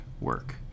work